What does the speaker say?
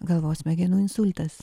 galvos smegenų insultas